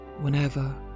whenever